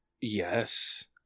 Yes